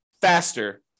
faster